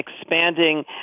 expanding